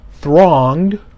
Thronged